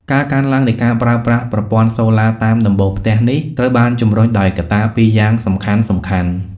ការកើនឡើងនៃការប្រើប្រាស់ប្រព័ន្ធសូឡាតាមដំបូលផ្ទះនេះ ត្រូវបានជំរុញដោយកត្តាពីរយ៉ាងសំខាន់ៗ។